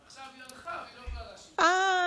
עכשיו היא הלכה, והיא לא יכולה, אה.